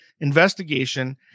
investigation